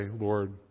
Lord